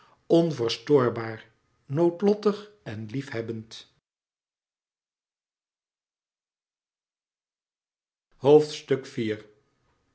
onverstoorbaar noodlottig en liefhebbend het